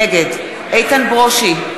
נגד איתן ברושי,